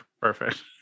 Perfect